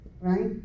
right